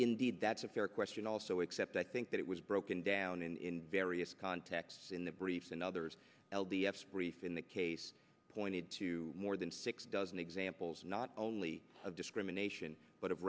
indeed that's a fair question all so except i think that it was broken down in various contexts in the briefs and others l b s brief in the case pointed to more than six dozen examples not only of discrimination but of